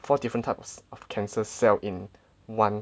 four different types of cancer cell in one